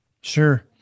Sure